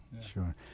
Sure